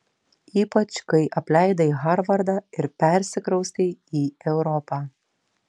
ypač kai apleidai harvardą ir persikraustei į europą